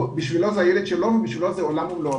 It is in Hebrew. בשבילו זה הילד שלו ובשבילו זה עולם ומלואו.